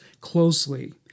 closely